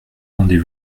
rendez